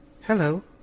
Hello